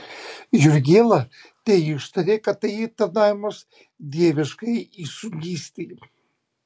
jurgėla teištarė kad tai tarnavimas dieviškajai įsūnystei